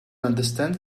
understand